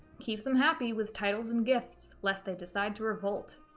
keep them happy with titles and gifts, lest they decide to revolt!